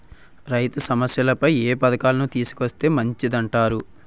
రైతు సమస్యలపై ఏ పథకాలను తీసుకొస్తే మంచిదంటారు?